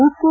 ಉಕ್ಕು